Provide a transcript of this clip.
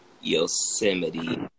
Yosemite